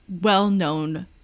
well-known